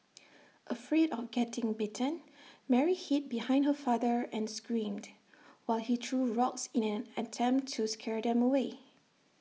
afraid of getting bitten Mary hid behind her father and screamed while he threw rocks in an attempt to scare them away